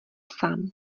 sám